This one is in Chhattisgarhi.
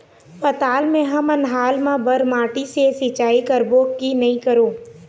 पताल मे हमन हाल मा बर माटी से सिचाई करबो की नई करों?